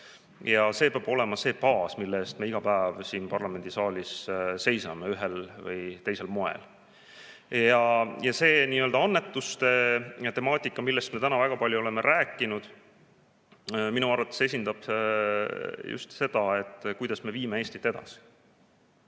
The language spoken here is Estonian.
See peab olema see baas, mille eest me iga päev siin parlamendisaalis seisame ühel või teisel moel. See annetuste temaatika, millest me oleme täna väga palju rääkinud, esindab minu arvates just seda, kuidas me viime Eestit edasi.